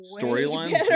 storylines